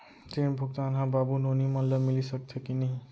ऋण भुगतान ह बाबू नोनी मन ला मिलिस सकथे की नहीं?